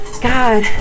god